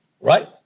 Right